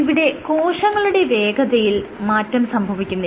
ഇവിടെ കോശങ്ങളുടെ വേഗതയിൽ മാറ്റം സംഭവിക്കുന്നില്ല